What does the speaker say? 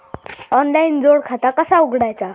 Online जोड खाता कसा उघडायचा?